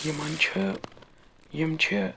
یِمَن چھِ یِم چھِ